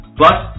plus